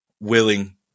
willing